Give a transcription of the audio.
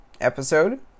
episode